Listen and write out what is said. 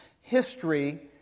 History